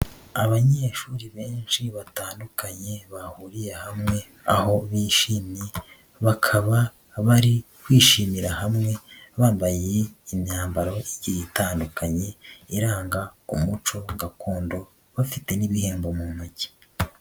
Abanyeshuri benshi batandukanye bahuriye hamwe aho bishimye, bakaba bari kwishimira hamwe bambaye imyambaro igiye itandukanye iranga umuco gakondo, bafite n'ibihembo mu ntoki.